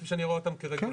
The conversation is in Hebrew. כפי שאני רואה אותם כרגולטור,